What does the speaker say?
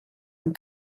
amb